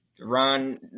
Ron